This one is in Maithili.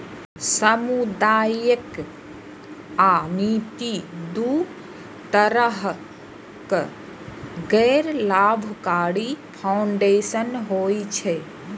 सामुदायिक आ निजी, दू तरहक गैर लाभकारी फाउंडेशन होइ छै